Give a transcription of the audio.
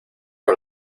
con